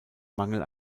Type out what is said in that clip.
mangel